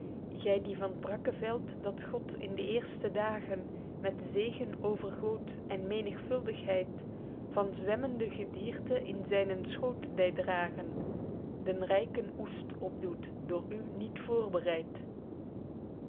gy die van t brakke veld dat god in de eerste dagen met zegen overgoot en menigvuldigheid van zwemmende gedierte in zynen schoot dei dragen den ryken oest op doet door u niet voorbereid